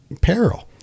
peril